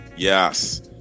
Yes